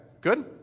good